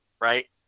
Right